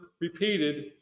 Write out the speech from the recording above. repeated